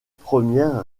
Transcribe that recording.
premières